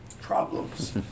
problems